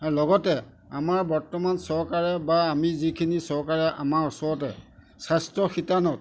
লগতে আমাৰ বৰ্তমান চৰকাৰে বা আমি যিখিনি চৰকাৰে আমাৰ ওচৰতে স্বাস্থ্য শিতানত